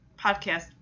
Podcast